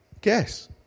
guess